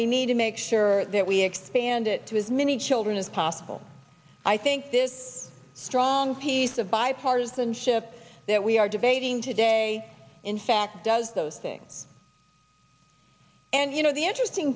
we need to make sure that we expand it to as many children as possible i think this strong piece of bipartisanship that we are debating today in fact does those things and you know the interesting